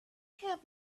have